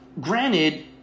granted